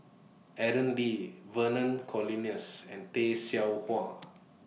Aaron Lee Vernon Cornelius and Tay Seow Huah